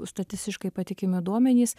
statistiškai patikimi duomenys